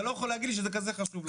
אתה לא יכול להגיד לי שזה כזה חשוב לכם.